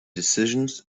decisions